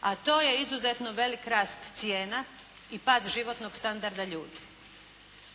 a to je izuzetno velik rast cijena i pad životnog standarda ljudi.